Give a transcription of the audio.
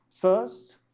First